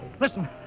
Listen